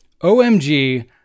OMG